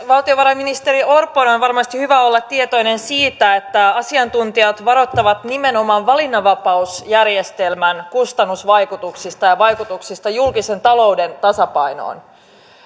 valtiovarainministeri orpon on varmasti hyvä olla tietoinen siitä että asiantuntijat varoittavat nimenomaan valinnanvapausjärjestelmän kustannusvaikutuksista ja vaikutuksista julkisen talouden tasapainoon